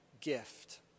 gift